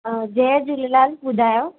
जय झूलेलाल बुधायो